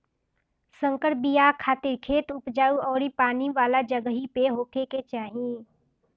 संकर बिया खातिर खेत उपजाऊ अउरी पानी वाला जगही पे होखे के चाही